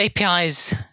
APIs